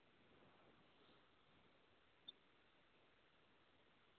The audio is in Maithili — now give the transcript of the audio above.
अच्छा तब आब यहाँके राजनीति भी ठीक छै